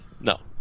No